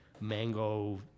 mango